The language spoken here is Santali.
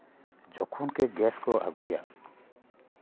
ᱡᱚᱠᱷᱚᱱᱜᱮ ᱜᱮᱥ ᱠᱚ ᱟᱹᱜᱩᱭᱟ